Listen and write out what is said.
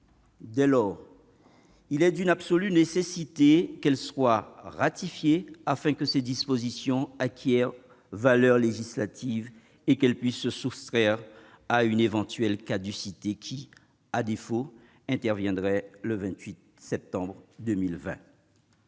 Dès lors, il est d'une absolue nécessité qu'elle soit ratifiée, afin que ses dispositions acquièrent valeur législative et qu'elle puisse se soustraire à une éventuelle caducité qui, à défaut, interviendrait le 28 septembre 2020.